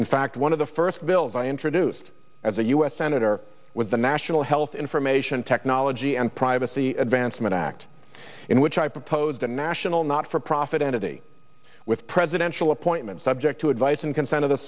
in fact one of the first bills i introduced as a u s senator with the national health information technology and privacy advancement act in which i proposed a national not for profit entity with presidential appointments subject to advice and cons